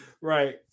Right